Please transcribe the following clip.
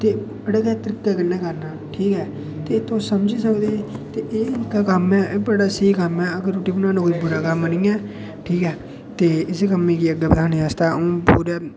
ते बड़े गै तरीकै कन्नै करना ठीक ऐ ते तुस समझी सकदे के एह् जेह्का कम्म ऐ बड़ा स्हेई कम्म ऐ अगर रुट्टी बनाना कोई बड़ा कम्म निं ऐ ठीक ऐ ते इसी कम्मै गी अग्गें बधानै आस्तै अं'ऊ पूरे